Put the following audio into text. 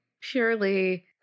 purely